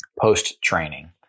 post-training